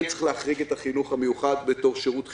כן צריך להחריג את החינוך המיוחד בתור שירות חיוני.